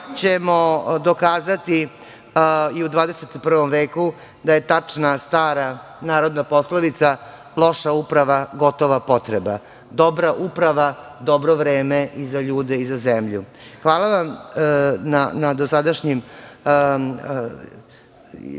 ćemo dokazati i u 21. veku da je tačna stara narodna poslovica - Loša uprava, gotova potreba, dobra uprava, dobro vreme i za ljude i za zemlju. Hvala vam na dosadašnjim